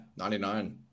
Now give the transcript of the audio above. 99